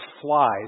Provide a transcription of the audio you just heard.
flies